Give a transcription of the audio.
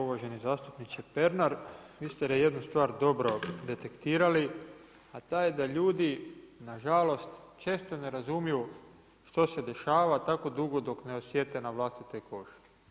Uvaženi zastupniče Pernar vi ste jednu stvar dobro detektirali, a ta je da ljudi na žalost često ne razumiju što se dešava tako dugo dok ne osjete na vlastitoj koži.